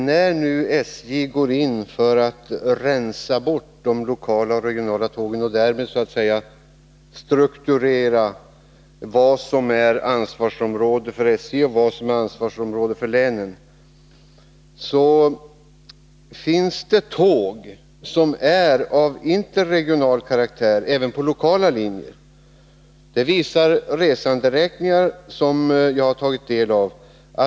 När SJ går in för att rensa bort de lokala och regionala tågen, och därmed så att säga strukturera vad som är ansvarsområde för SJ och vad som är ansvarsområde för länen, kan det drabba sådana tåg som är av interregional karaktär fast de går på lokala linjer. Det visar resanderäkningar som jag har tagit del av.